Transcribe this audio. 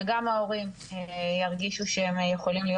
וגם ההורים ירגישו שהם יכולים להיות